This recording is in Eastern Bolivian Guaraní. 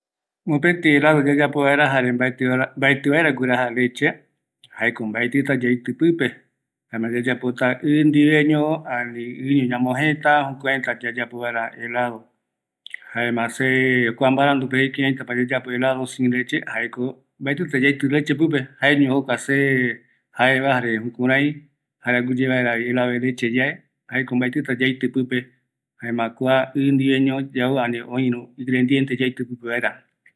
Helado mbaetɨta guiraja leche, jaeko mbaetɨta yaitɨ pɨpe, yayapo vaera ɨ ndiveño, ñamojee, jukuraï yayapota, jae jokua jaeva